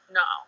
no